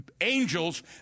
angels